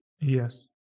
Yes